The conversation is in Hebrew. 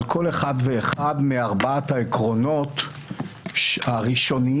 כל אחד ואחד מארבעת העקרונות הראשוניים